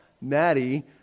Maddie